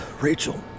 Rachel